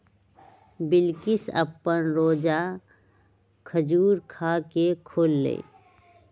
बिलकिश अप्पन रोजा खजूर खा के खोललई